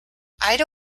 ida